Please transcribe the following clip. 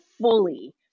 fully